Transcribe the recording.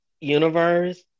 universe